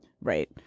Right